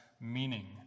meaning